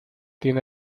tiene